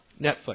Netflix